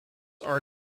are